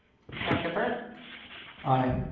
director burke aye.